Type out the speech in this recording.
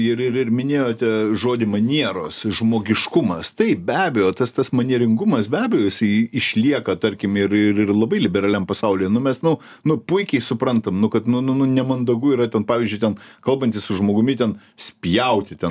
ir ir ir minėjote žodį manieros žmogiškumas taip be abejo tas tas manieringumas be abejo jisai išlieka tarkim ir ir ir labai liberaliam pasauly nu mes nu nu puikiai suprantam nu kad nu nu nu nemandagu yra ten pavyzdžiui ten kalbantis su žmogumi ten spjauti ten